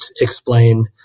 explain